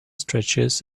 stretches